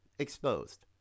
exposed